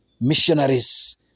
Missionaries